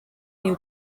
new